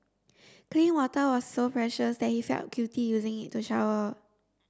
clean water was so precious that he felt guilty using it to shower